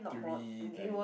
three times